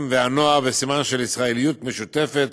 והנוער בסימן של ישראליות משותפת